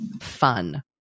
fun